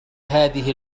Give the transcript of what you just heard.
هذه